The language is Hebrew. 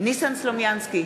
ניסן סלומינסקי,